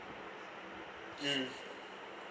mm